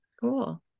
Cool